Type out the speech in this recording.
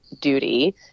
duty